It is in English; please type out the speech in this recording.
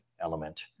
element